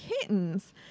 kittens